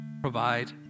provide